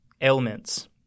ailments